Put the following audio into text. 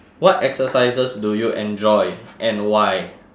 what exercises do you enjoy and why